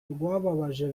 rwababaje